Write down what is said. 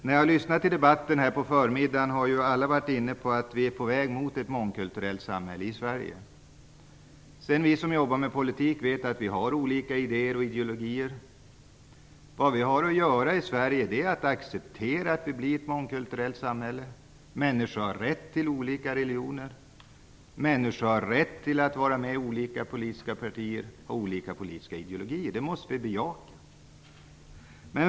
När jag lyssnade på debatten under förmiddagen fann jag att alla var inne på att vi är på väg mot ett mångkulturellt samhälle i Sverige. Vi som jobbar med politik vet att vi har olika idéer och ideologier. I Sverige har vi nu att acceptera att vi håller på att få ett mångkulturelllt samhälle. Människor har rätt till olika religioner. Människor har rätt att vara med i olika politiska partier med olika politiska ideologier. Det måste vi bejaka.